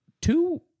two